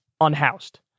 unhoused